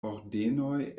ordenoj